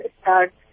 start